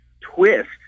twist